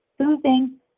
soothing